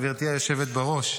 גברתי היושבת בראש,